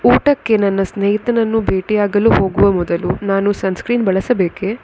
ಊಟಕ್ಕೆ ನನ್ನ ಸ್ನೇಹಿತನನ್ನು ಭೇಟಿಯಾಗಲು ಹೋಗುವ ಮೊದಲು ನಾನು ಸನ್ ಸ್ಕ್ರೀನ್ ಬಳಸಬೇಕೇ